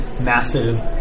massive